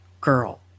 girl